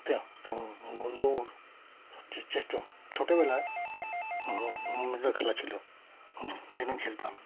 তা তা দৌড় চেষ্টা ছোটবেলায় নিয়মিত খেলা ছিল নিয়মিত খেলতাম